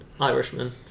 Irishman